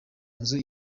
nzu